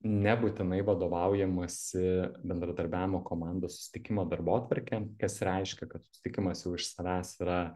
nebūtinai vadovaujamasi bendradarbiavimo komandos susitikimo darbotvarke kas reiškia kad susitikimasi jau iš savęs yra